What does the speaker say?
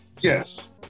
yes